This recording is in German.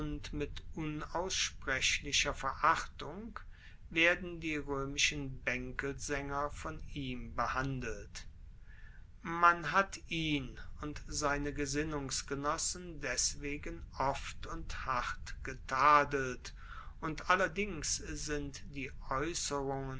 mit unaussprechlicher verachtung werden die roemischen baenkelsaenger von ihm behandelt man hat ihn und seine gesinnungsgenossen deswegen oft und hart getadelt und allerdings sind die